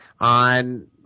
on